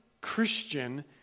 Christian